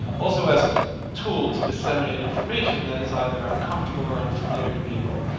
also, as a tool to disseminate information that is either uncomfortable or unfamiliar to people.